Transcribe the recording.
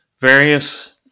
various